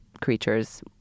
creatures